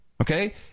okay